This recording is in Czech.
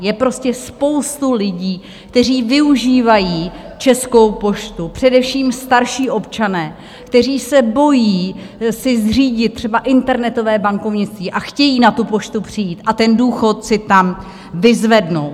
Je prostě spousta lidí, kteří využívají Českou poštu, především starší občané, kteří se bojí si zřídit třeba internetové bankovnictví a chtějí na tu poštu přijít a ten důchod si tam vyzvednout.